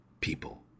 people